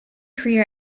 career